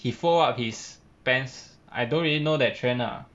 he fold up his pants I don't really know that trend lah